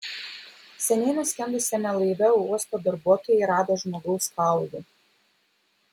seniai nuskendusiame laive uosto darbuotojai rado žmogaus kaulų